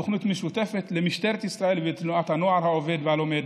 תוכנית משותפת למשטרת ישראל ולתנועת הנוער העובד והלומד,